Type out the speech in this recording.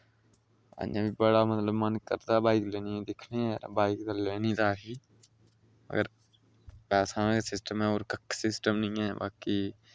अजें बी बड़ा मतलव मन करदा बाईक लैने दिक्खनेआं बाईक दा लैनी दा ऐही पर पैसां गै सिस्टम ऐ और कक्ख सिस्टम निं ऐ बाकि